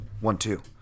one-two